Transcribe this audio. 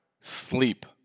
sleep